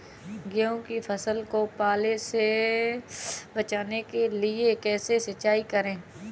गेहूँ की फसल को पाले से बचाने के लिए कैसे सिंचाई करें?